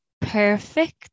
perfect